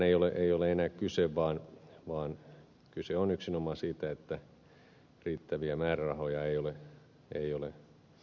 oikeastaan suunnitelmistakaan ei ole enää kyse vaan kyse on yksinomaan siitä että riittäviä määrärahoja ei ole löytynyt